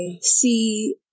see